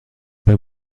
pas